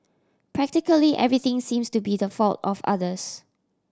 practically everything seems to be the fault of others